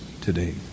today